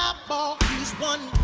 football he's